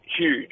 huge